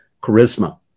charisma